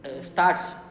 starts